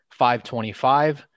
525